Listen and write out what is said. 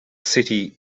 city